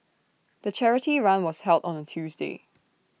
the charity run was held on A Tuesday